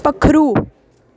पक्खरू